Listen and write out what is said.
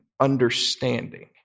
understanding